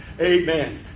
Amen